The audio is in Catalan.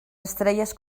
estrelles